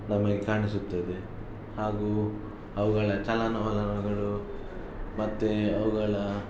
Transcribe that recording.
ನಮಗೆ ಕಾಣಿಸುತ್ತದೆ ಹಾಗೂ ಅವುಗಳ ಚಲನವಲನಗಳು ಮತ್ತು ಅವುಗಳ